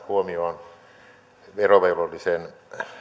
huomioon verovelvollisen